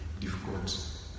difficult